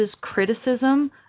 criticism